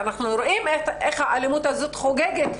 ואנחנו רואים איך האלימות הזאת חוגגת.